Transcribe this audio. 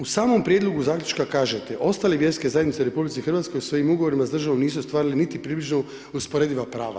U samom prijedlogu zaključka kažete ostale vjerske zajednice u RH svojim ugovorima s državom nisu ostvarile niti približno usporediva prava.